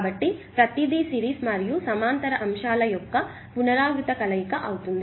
కాబట్టి ప్రతిదీ సిరీస్ మరియు సమాంతర అంశాల యొక్క పునరావృత కలయిక అవుతుంది